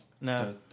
No